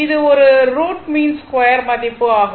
இது root mean square மதிப்பு ஆகும்